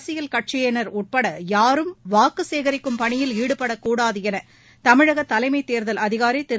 அரசியல் கட்சியினர் உட்பட யாரும் வாக்குசேகரிக்கும் பணியில் ஈடுபடக்கூடாது என தமிழக தலைமைத் தேர்தல் அதிகாரி திரு